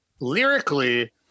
lyrically